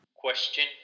Question